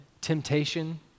temptation